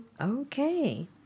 Okay